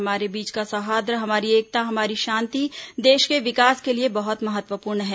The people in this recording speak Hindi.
हमारे बीच का सौहार्द हमारी एकता हमारी शांति देश के विकास के लिए बहुत महत्वपूर्ण है